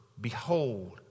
behold